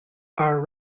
are